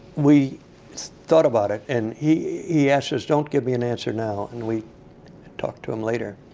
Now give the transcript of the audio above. we thought about it. and he asked us, don't give me an answer now. and we talked to him later.